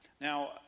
Now